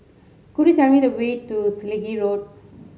could you tell me the way to Selegie Road